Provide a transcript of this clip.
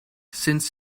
sinds